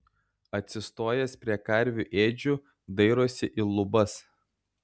atsistojęs prie karvių ėdžių dairosi į lubas